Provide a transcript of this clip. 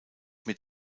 mit